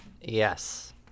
Yes